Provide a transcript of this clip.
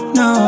no